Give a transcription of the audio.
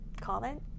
comment